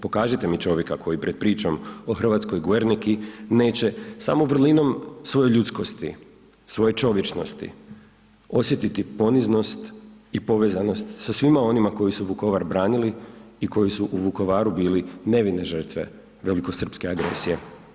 Pokažite mi čovjeka koji pred pričom o hrvatskoj Guernici neće samo vrlinom svoje ljudskosti, svoje čovječnosti osjetiti poniznost i povezanost sa svima onima koji su Vukovar branili i koji su u Vukovaru bili nevine žrtve velikosrpske agresije.